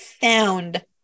found